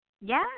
Yes